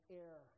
air